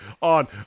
on